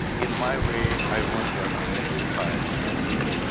in my way, i want just simplify it for me,